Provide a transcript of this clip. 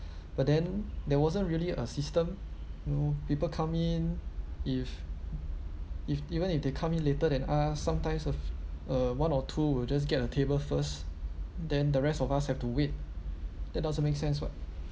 but then there wasn't really a system you know people come in if if even if they come in later than us sometimes uh a one or two will just get a table first then the rest of us have to wait that doesn't make sense [what]